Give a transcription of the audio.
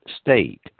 state